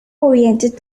oriented